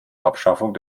abschaffung